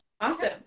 Awesome